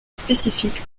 spécifique